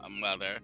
mother